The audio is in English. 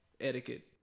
etiquette